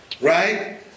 right